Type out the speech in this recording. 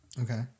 Okay